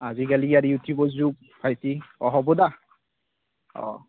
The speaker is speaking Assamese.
আজি কালি আৰু ইউটিউবৰ যোগ আইটি অঁ হ'ব দা অঁ